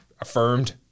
affirmed